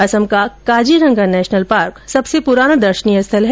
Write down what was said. असम का Kaziranga national park सबसे पुराना दर्शनीय स्थल है